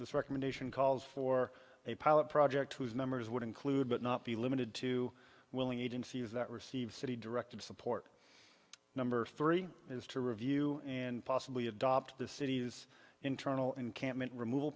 this recommendation calls for a pilot project whose members would include but not be limited to willing agencies that received city directed support number three is to review and possibly adopt the city's internal encampment remov